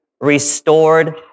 restored